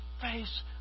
face